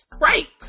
Right